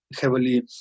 heavily